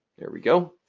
there we go.